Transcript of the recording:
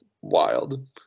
wild